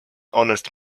honest